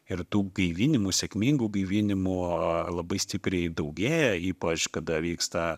ir tų gaivinimų sėkmingų gaivinimų labai stipriai daugėja ypač kada vyksta